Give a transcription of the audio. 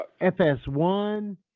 FS1